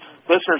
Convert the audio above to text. listeners